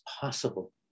possible